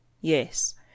Yes